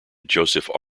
joseph